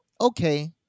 okay